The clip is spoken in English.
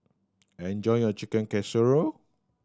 enjoy your Chicken Casserole